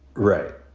right.